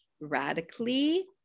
radically